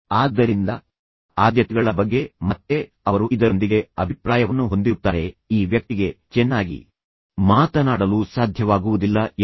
ಆದ್ದರಿಂದ ಆದ್ಯತೆಗಳ ಬಗ್ಗೆ ಮತ್ತೆ ಅವರು ಸ್ಪೀಕರ್ ಅನ್ನು ಮೊದಲೇ ನಿರ್ಣಯಿಸುತ್ತಾರೆ ಅವರು ಇದರೊಂದಿಗೆ ಅಭಿಪ್ರಾಯವನ್ನು ಹೊಂದಿರುತ್ತಾರೆ ಈ ವ್ಯಕ್ತಿಗೆ ಚೆನ್ನಾಗಿ ಮಾತನಾಡಲು ಸಾಧ್ಯವಾಗುವುದಿಲ್ಲ ಎಂದು